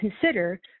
consider